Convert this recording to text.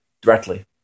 directly